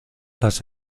las